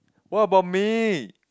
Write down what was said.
what about me